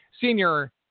Senior